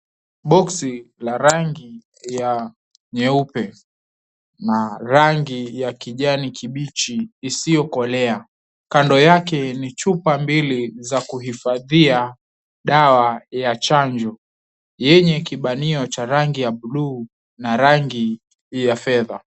Boksi la rangi ya nyeupe na rangi ya kijani kibichi isiyokolea. Kando yake ni chupa mbili za kuhifadhia dawa ya chanjo yenye kibanio cha rangi ya buluu na rangi ya fedha.